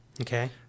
Okay